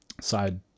side